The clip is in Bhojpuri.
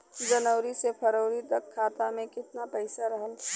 जनवरी से फरवरी तक खाता में कितना पईसा रहल?